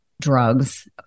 drugs